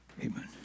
Amen